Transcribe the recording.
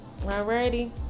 Alrighty